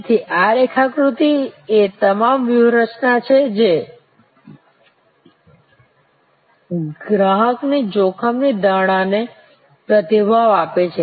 તેથી આ રેખાકૃતિ એ તમામ વ્યૂહરચના છે જે ગ્રાહકની જોખમની ધારણાને પ્રતિભાવ આપે છે